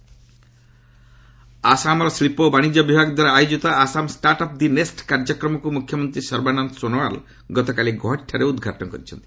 Assam startup ଆସାମର ଶିଳ୍ପ ଓ ବାଣିଜ୍ୟ ବିଭାଗ ଦ୍ୱାରା ଆୟୋକିତ Assam startup the nest କାର୍ଯ୍ୟକ୍ରମକୁ ମୁଖ୍ୟମନ୍ତ୍ରୀ ସର୍ବାନନ୍ଦ ସୋନୱାଲ୍ ଗତକାଲି ଗୌହାଟୀଠାରେ ଉଦ୍ଘାଟନ କରିଛନ୍ତି